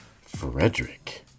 Frederick